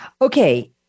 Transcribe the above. Okay